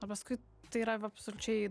o paskui tai yra va absoliučiai